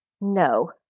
No